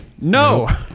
No